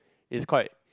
is quite